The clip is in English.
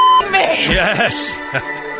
Yes